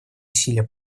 усилия